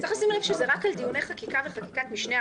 צריך לשים לב שההחרגה היא רק על דיוני חקיקה וחקיקת משנה,